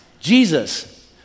jesus